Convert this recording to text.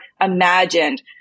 imagined